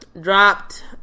dropped